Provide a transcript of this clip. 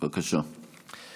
בבקשה.